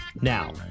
Now